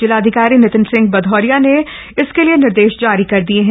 जिलाधिकारी नितिन सिंह भदौरिया ने इसके निर्देश जारी किये हैं